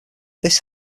this